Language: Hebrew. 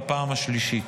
בפעם השלישית.